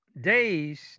days